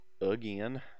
again